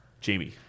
Jamie